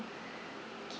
okay